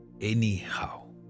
anyhow